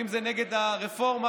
ואם זה נגד הרפורמה,